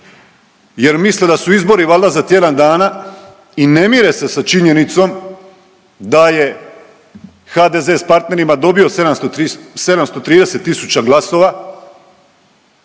jer misle da su izbori valjda za tjedan dana i ne mire se sa činjenicom da je HDZ s partnerima dobio 730 tisuća glasova